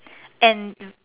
and